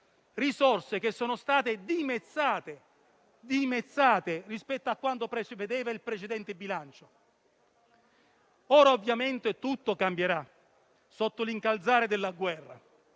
risorse che sono state dimezzate rispetto a quanto prevedeva il precedente bilancio. Ora ovviamente tutto cambierà sotto l'incalzare della guerra